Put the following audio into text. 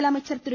முதலமைச்சர் திரு